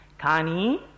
Kani